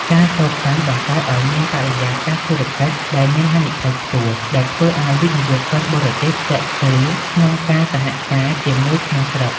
ការសូកប៉ាន់ បង្កើតឱ្យមានបរិយាកាសធុរកិច្ចដែលមានហានិភ័យខ្ពស់ ដែលធ្វើឱ្យវិនិយោគិនបរទេសស្ទាក់ស្ទើរក្នុងការសហការជាមួយក្នុងស្រុក។